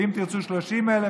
ואם תרצו 30,000,